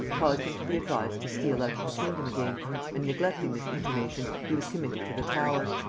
caused him to be advised to steal out of the kingdom again and neglecting this intimation, he was committed to the tower.